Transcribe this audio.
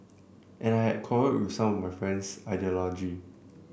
and I had quarrelled with some of my friends ideology